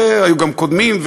והיו גם קודמים,